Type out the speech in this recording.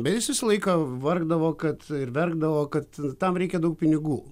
bet jis visą laiką vargdavo kad ir verkdavo kad tam reikia daug pinigų